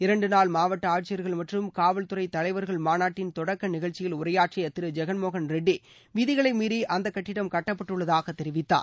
இரண்டு நாள் மாவட்ட ஆட்சியர்கள் மற்றும் காவல்துறை தலைவர்கள் மாநாட்டின் தொடக்க நிகழ்ச்சியில் உரையாற்றிய திரு ஜெகன்மோகன் ரெட்டி விதிகளை மீறி அந்த கட்டிடம் கட்டப்பட்டுள்ளதாக தெரிவித்தார்